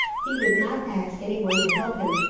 he would not ask any one to help him,